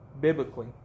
biblically